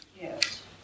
Yes